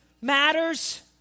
matters